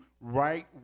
right